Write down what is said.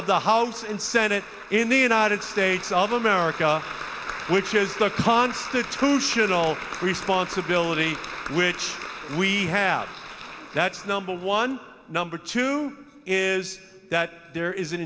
of the house and senate in the united states of america which is the constitutional responsibility which we have that's number one number two is that there is an